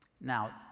Now